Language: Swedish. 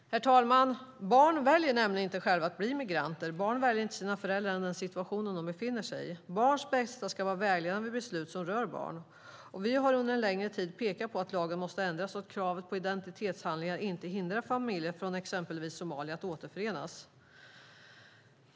Herr talman! Barn väljer nämligen inte själva att bli migranter. Barn väljer inte sina föräldrar eller den situation de befinner sig i. Barns bästa ska vara vägledande vid beslut som rör barn. Vi har under en längre tid pekat på att lagen måste ändras så att kravet på identitetshandlingar inte hindrar familjer från exempelvis Somalia att återförenas.